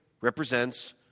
represents